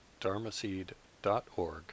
dharmaseed.org